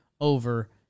over